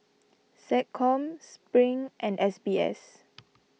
SecCom Spring and S B S